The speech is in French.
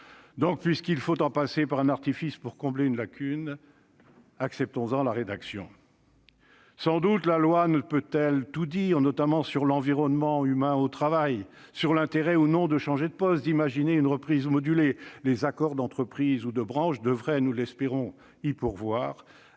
Ainsi, puisqu'il faut en passer par un artifice pour combler une lacune, acceptons-en la rédaction. Sans doute la loi ne peut-elle tout dire, notamment sur l'environnement humain au travail, sur l'intérêt qu'il y a ou non à changer de poste ou à imaginer une reprise modulée. Les accords d'entreprise ou de branche devraient, nous l'espérons, y pourvoir ;